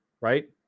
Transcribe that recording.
right